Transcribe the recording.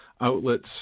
outlets